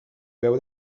veu